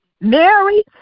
Mary